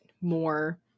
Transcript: more